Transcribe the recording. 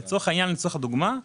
לדוגמה,